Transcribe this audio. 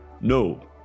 No